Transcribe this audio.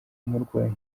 umurwayi